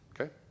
Okay